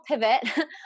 pivot